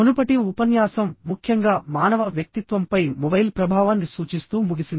మునుపటి ఉపన్యాసం ముఖ్యంగా మానవ వ్యక్తిత్వంపై మొబైల్ ప్రభావాన్ని సూచిస్తూ ముగిసింది